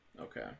Okay